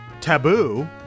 Taboo